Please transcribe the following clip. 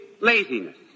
laziness